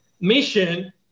mission